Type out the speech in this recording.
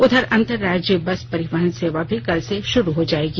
उधर अंतर राज्य बस परिवहन सेवा भी कल से शुरू हो जाएगी